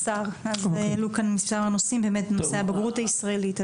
עלו כאן מספר נושאים, נושא הבגרות הישראלית,